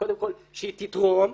קודם כל שהיא תתרום,